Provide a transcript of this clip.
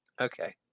Okay